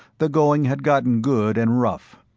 the going had gotten good and rough.